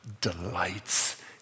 delights